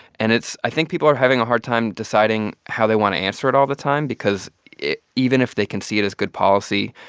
and it's i think people are having a hard time deciding how they want to answer it all the time because even if they can see it as good policy,